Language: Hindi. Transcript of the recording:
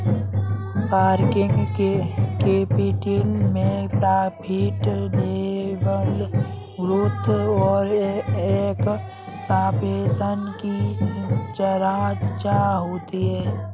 वर्किंग कैपिटल में प्रॉफिट लेवल ग्रोथ और एक्सपेंशन की चर्चा होती है